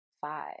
five